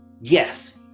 Yes